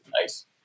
Nice